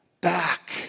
back